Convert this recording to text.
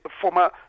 former